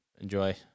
enjoy